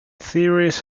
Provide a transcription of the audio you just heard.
theories